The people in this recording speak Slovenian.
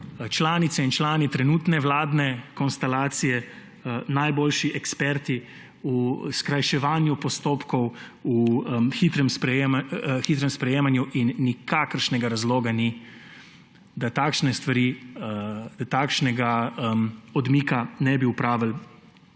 članice in člani trenutne vladne konstelacije, najboljši eksperti v skrajševanju postopkov, v hitrem sprejemanju in nikakršnega razloga ni, da takšne stvari, takšnega odmika ne bi opravili